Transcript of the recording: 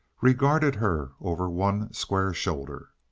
regarded her over one square shoulder.